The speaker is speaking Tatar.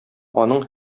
аның